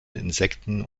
insekten